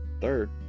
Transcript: Third